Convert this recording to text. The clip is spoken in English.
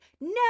no